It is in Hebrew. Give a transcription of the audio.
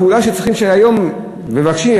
הפעולה שהיום מבקשים,